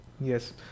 Yes